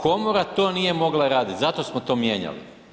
Komora to nije mogla raditi, zato smo to mijenjali.